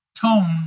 tone